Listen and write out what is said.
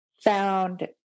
found